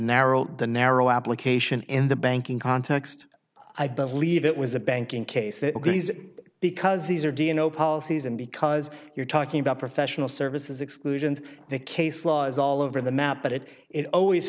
narrow the narrow application in the banking context i believe it was a banking case that because these are dno policies and because you're talking about professional services exclusions the case law is all over the map but it it always